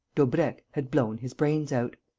daubrecq had blown his brains out.